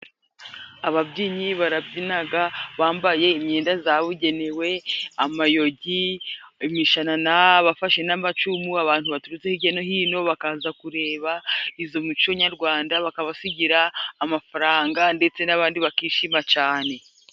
Ababyinnyi barabyinaga bambaye imyenda zabugenewe amayogi, imishanana bafashe n'amacumu, abantu baturutse hirya no hino bakaza kureba izo muco nyarwanda bakabasigira amafaranga, ndetse n'abandi bakishima cane.